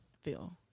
feel